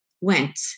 went